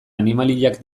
animaliak